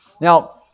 Now